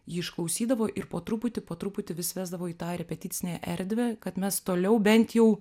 ji išklausydavo ir po truputį po truputį vis vesdavo į tą repeticinę erdvę kad mes toliau bent jau